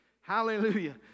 Hallelujah